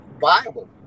viable